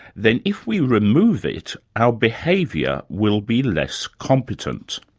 then if we remove it, our behaviour will be less competent.